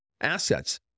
assets